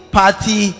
party